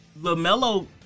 LaMelo